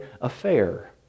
affair